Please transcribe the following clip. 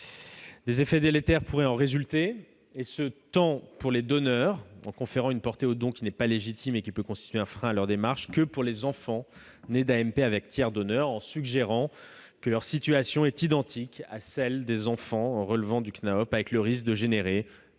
Des effets délétères pourraient en résulter, tant pour les donneurs, en conférant une portée au don qui n'est pas légitime et qui peut constituer un frein à leur démarche, que pour les enfants nés d'une AMP avec tiers donneur, en suggérant que leur situation serait identique à celle des enfants relevant du CNAOP, avec finalement le risque de générer, par